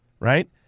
right